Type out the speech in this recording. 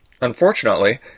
Unfortunately